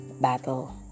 battle